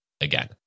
again